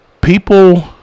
People